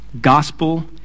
Gospel